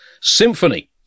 symphony